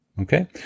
Okay